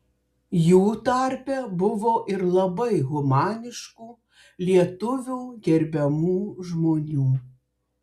jų tarpe buvo ir labai humaniškų lietuvių gerbiamų žmonių